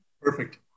Perfect